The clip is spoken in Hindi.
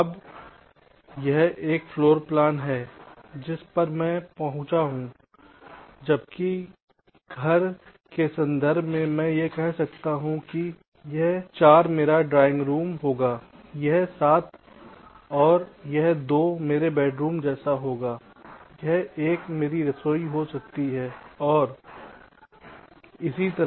अब यह एक फ्लोर प्लान है जिस पर मैं पहुंचा हूं जबकि घर के संदर्भ में मैं फिर से कह सकता हूं कि यह 4 मेरा ड्राइंग रूम होगा यह 7 और यह 2 मेरे बेडरूम जैसा होगा यह 1 मेरी रसोई हो सकती है और इसी तरह